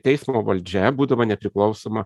teismo valdžia būdama nepriklausoma